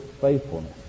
faithfulness